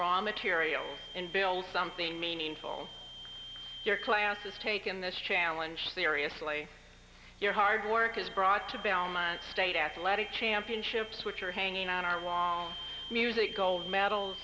draw materials and build something meaningful your class has taken this challenge seriously your hard work is brought to belmont state athletic championships which are hanging on our wall news eight gold medals